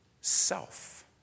Self